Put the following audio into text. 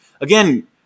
again